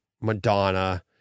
Madonna